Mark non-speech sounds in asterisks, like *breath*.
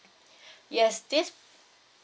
*breath* yes this